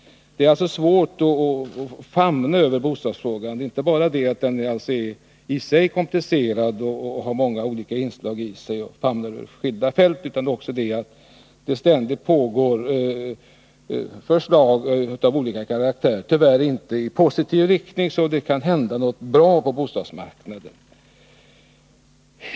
Det är alltså svårt att famna bostadsfrågan. Det beror inte bara på att den i sig är komplicerad, har många olika inslag och berör många fält, utan det är också detta att det ständigt förs fram förslag av olika karaktär — tyvärr inte i positiv riktning så att det kan hända någonting bra på bostadsmarknaden.